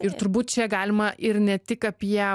ir turbūt čia galima ir ne tik apie